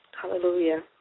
hallelujah